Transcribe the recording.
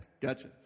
Gotcha